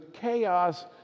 chaos